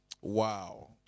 Wow